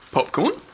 Popcorn